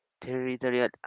territorial